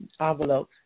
envelope